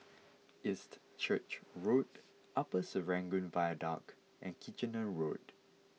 East Church Road Upper Serangoon Viaduct and Kitchener Road